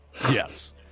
Yes